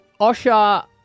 Osha